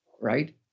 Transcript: right